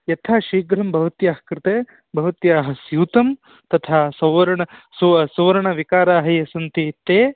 यथा शीघ्रं भवत्याः कृते भवत्याः स्यूतं तथा सौवर्णं सु सुवर्णविकाराः ये सन्ति ते